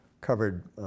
covered